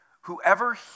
Whoever